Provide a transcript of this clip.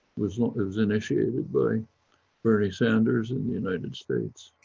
was not as initiated by bernie sanders in the united states,